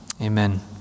amen